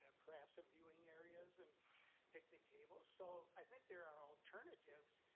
ah perhaps of viewing areas and picnic tables, so i think there are alternatives.